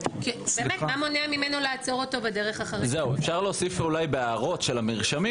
מה מונע ממנו לעצור אותו בדרך אחרי --- אולי בהערות של המרשמים